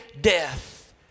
death